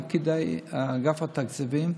עם פקידי אגף התקציבים,